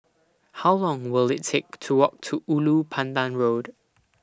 How Long Will IT Take to Walk to Ulu Pandan Road